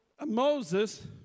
Moses